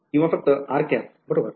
किंवा फक्त बरोबर